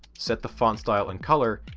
set the font style and colour,